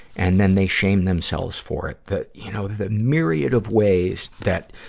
and then they shame themselves for it. the, you know, the myriad of ways that,